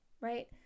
right